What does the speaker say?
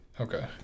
Okay